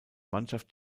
mannschaft